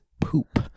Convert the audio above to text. poop